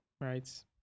right